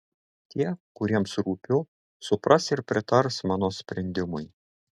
tie kuriems rūpiu supras ir pritars mano sprendimui